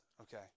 Okay